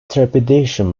trepidation